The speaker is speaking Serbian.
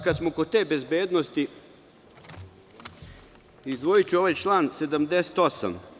Kada smo kod bezbednosti izdvojiću ovaj član 78.